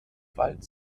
wald